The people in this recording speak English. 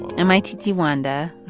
and my titi wanda